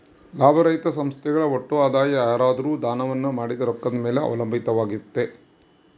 ಲಾಭರಹಿತ ಸಂಸ್ಥೆಗಳ ಒಟ್ಟು ಆದಾಯ ಯಾರಾದ್ರು ದಾನವನ್ನ ಮಾಡಿದ ರೊಕ್ಕದ ಮೇಲೆ ಅವಲಂಬಿತವಾಗುತ್ತೆ